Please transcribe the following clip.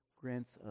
grants